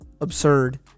absurd